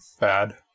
bad